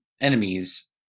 enemies